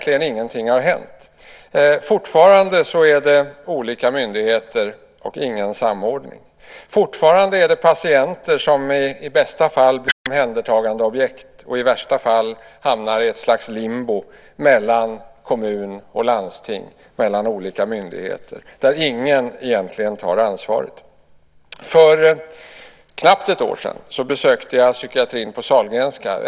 Ingenting har hänt. Fortfarande är det olika myndigheter och ingen samordning. Fortfarande är det patienter som i bästa fall är omhändertagandeobjekt och i värsta fall hamnar i ett slags limbo mellan kommun och landsting, mellan olika myndigheter, där ingen egentligen har ansvaret. För knappt ett år sedan besökte jag psykiatrin på Sahlgrenska.